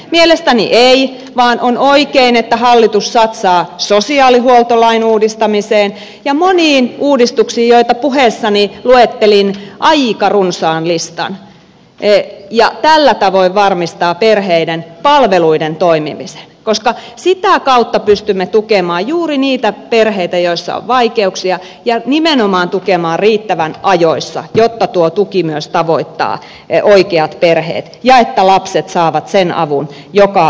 mielestäni ei vaan on oikein että hallitus satsaa sosiaalihuoltolain uudistamiseen ja moniin uudistuksiin joita puheessani luettelin aika runsaan listan ja tällä tavoin varmistaa perheiden palveluiden toimimisen koska sitä kautta pystymme tukemaan juuri niitä perheitä joissa on vaikeuksia ja nimenomaan tukemaan riittävän ajoissa jotta tuo tuki myös tavoittaa oikeat perheet ja jotta lapset saavat sen avun joka heille kuuluu